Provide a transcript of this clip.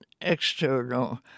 external